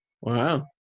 Wow